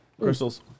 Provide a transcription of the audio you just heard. Crystals